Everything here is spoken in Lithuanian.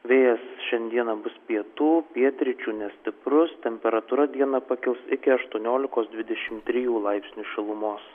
vėjas šiandieną bus pietų pietryčių nestiprus temperatūra dieną pakils iki aštuoniolikos dvidešim trijų laipsnių šilumos